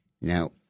Now